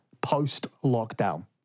post-lockdown